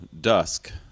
dusk